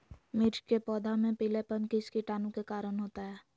मिर्च के पौधे में पिलेपन किस कीटाणु के कारण होता है?